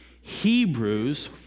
Hebrews